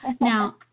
Now